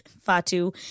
Fatu